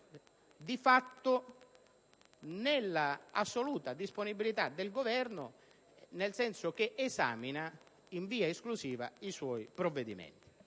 di fatto, nella assoluta disponibilità del Governo, nel senso che esamina esclusivamente i suoi provvedimenti.